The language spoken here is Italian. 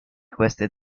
queste